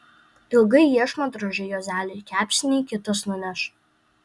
ilgai iešmą droži juozeli kepsnį kitas nuneš